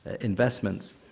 investments